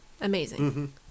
amazing